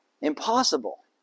impossible